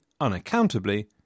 unaccountably